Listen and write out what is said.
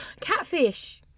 Catfish